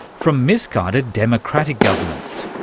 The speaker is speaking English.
from misguided democratic governments.